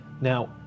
Now